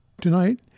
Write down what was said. tonight